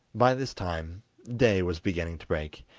by this time day was beginning to break,